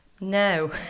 No